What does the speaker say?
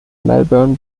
melbourne